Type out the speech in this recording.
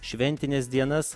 šventines dienas